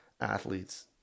athletes